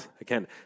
again